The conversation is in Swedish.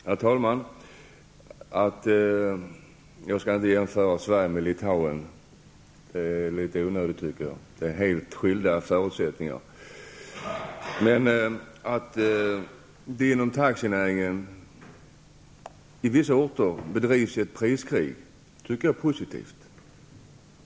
Herr talman! Jag skall inte jämföra Sverige med Litauen. Det är litet onödigt, eftersom där råder helt skilda förutsättningar. Jag tycker att det är positivt att det på vissa orter bedrivs ett priskrig inom taxinäringen.